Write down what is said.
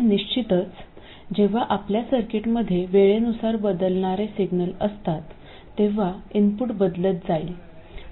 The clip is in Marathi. आणि निश्चितच जेव्हा आपल्या सर्किटमध्ये वेळेनुसार बदलणारे सिग्नल असतात तेव्हा इनपुट बदलत जाईल